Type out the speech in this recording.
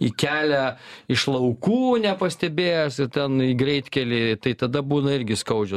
į kelią iš laukų nepastebėjęs ir ten į greitkelį tai tada būna irgi skaudžios